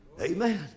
Amen